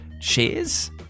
Cheers